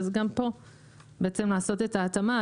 גם פה לעשות את ההתאמה.